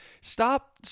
stop